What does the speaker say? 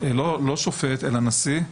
לא שופט אלא נשיא,